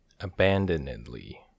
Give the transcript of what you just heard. Abandonedly